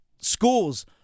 schools